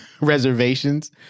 reservations